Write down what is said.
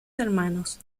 hermanos